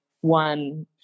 one